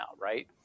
right